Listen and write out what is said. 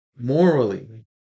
morally